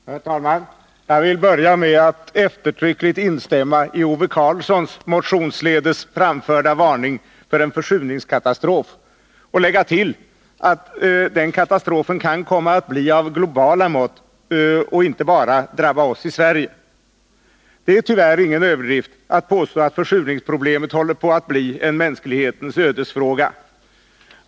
Herr talman! Jag vill börja med att eftertryckligt instämma i Ove Karlssons motionsledes framförda varning för en försurningskatastrof och lägga till att den katastrofen kan komma att bli av globala mått och inte bara drabba oss i Sverige. Det är tyvärr ingen överdrift att påstå att försurningsproblemet håller på att bli en mänsklighetens ödesfråga.